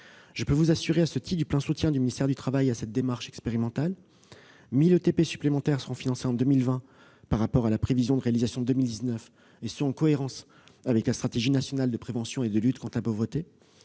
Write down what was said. Je peux vous assurer, à ce titre, du plein soutien du ministère du travail à cette démarche expérimentale. En 2020, seront financés 1 000 ETP supplémentaires par rapport à la prévision de réalisation pour 2019, et ce en cohérence avec la Stratégie nationale de prévention et de lutte contre la pauvreté.